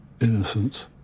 Innocence